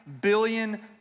billion